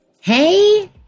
Hey